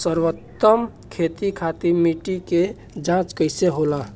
सर्वोत्तम खेती खातिर मिट्टी के जाँच कइसे होला?